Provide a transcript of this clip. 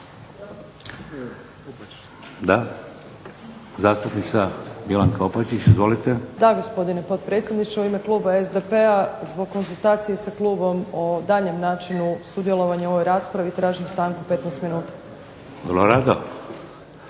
Da. Zastupnica Milanka Opačić. Izvolite. **Opačić, Milanka (SDP)** Da gospodine potpredsjedniče, u ime kluba SDP-a zbog konzultacije sa klubom o daljnjem načinu sudjelovanja u ovoj raspravi tražim stanku 15 minuta. **Šeks,